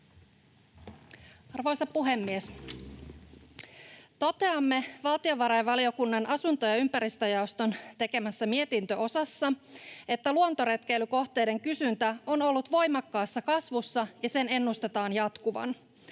Arvoisa puhemies! Toteamme valtiovarainvaliokunnan asunto- ja ympäristöjaoston tekemässä mietintöosassa, että luontoretkeilykohteiden kysyntä on ollut voimakkaassa kasvussa ja sen ennustetaan jatkuvan.